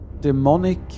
demonic